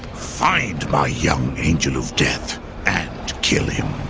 find my young angel of death and kill him!